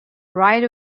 right